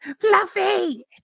fluffy